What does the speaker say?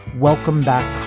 welcome back.